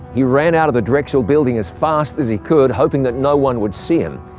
he ran out of the drexel building as fast as he could, hoping that no one would see him.